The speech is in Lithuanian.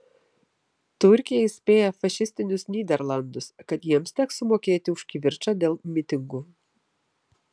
turkija įspėja fašistinius nyderlandus kad jiems teks sumokėti už kivirčą dėl mitingų